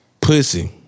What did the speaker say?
pussy